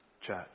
church